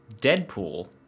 deadpool